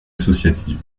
associative